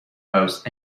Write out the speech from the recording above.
both